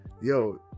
yo